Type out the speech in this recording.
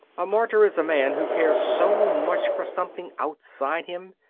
a martyr is a man who cares so much for something outside him,